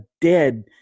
dead